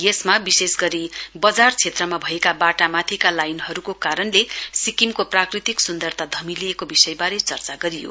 यसमा विशेष गरी बजार क्षेत्रमा भएका बाटामाथिका लाइनहरूको कारणले सिक्किमको प्राकृतिक सुन्दरता धमिलिएको विषयबारे चर्चा गरियो